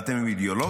באתם עם אידיאולוגיה?